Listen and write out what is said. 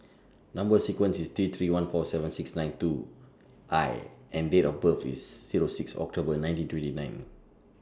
Number sequence IS T three one four seven six nine two I and Date of birth IS Zero six October nineteen twenty nine